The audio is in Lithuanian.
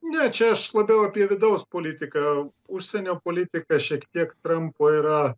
ne čia aš labiau apie vidaus politiką užsienio politika šiek tiek trampo yra